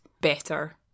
better